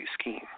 scheme